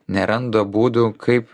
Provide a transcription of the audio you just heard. neranda būdų kaip